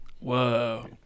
whoa